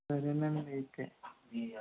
సరే నండీ అయితే